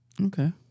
Okay